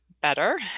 better